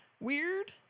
weird